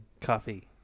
Coffee